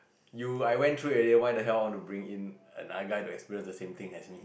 you I went through already what the hell I want to bring in another guy to experience the same thing as me